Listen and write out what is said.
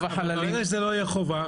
אבל ברגע שזה לא יהיה חובה,